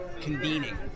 convening